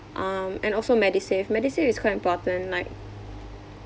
um and also medisave medisave is quite important like